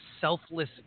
selfless